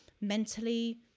mentally